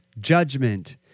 judgment